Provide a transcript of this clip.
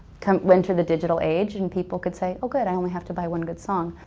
kind of enter the digital age and people could say, oh good, i only have to buy one good song.